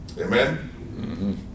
Amen